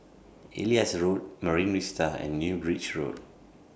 Elias Road Marine Vista and New Bridge Road